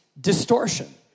distortion